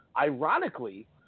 Ironically